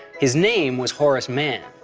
his name was horace mann,